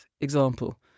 example